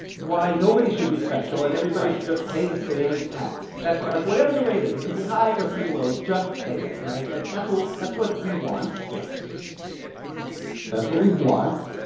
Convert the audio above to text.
why nobody should be special and everybody. right. should just pay the same tax that's right like, whatever the rate is it could be high, or it could be low. just pay it. right? like, that's what that's what we want yes ok that's what we want.